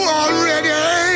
already